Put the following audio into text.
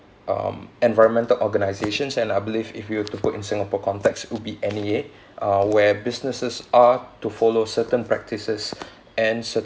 um environmental organisations and I believe if you have to put in singapore context would be N_E_A uh where businesses are to follow certain practices and certain